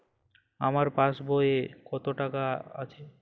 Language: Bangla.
আমার পাসবই এ কত টাকা আছে?